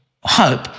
hope